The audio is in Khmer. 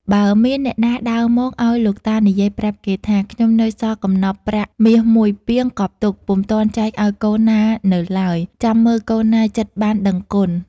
បើមានអ្នកណាដើរមកឱ្យលោកតានិយាយប្រាប់គេថា ខ្ញុំនៅសល់កំណប់ប្រាក់ មាស១ ពាងកប់ទុក ពុំទាន់ចែកឱ្យកូនណានៅឡើយ ចាំមើលកូនណាចិត្តបានដឹងគុណ។